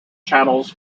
channels